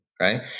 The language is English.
Right